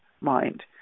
mind